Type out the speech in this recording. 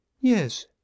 yes